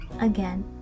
again